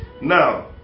Now